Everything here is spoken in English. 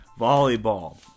Volleyball